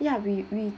ya we we